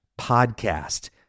podcast